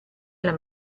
alla